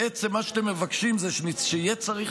בעצם מה שאתם מבקשים הוא שיהיה צריך